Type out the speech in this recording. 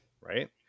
right